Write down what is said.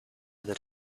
that